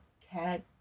cat